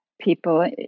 people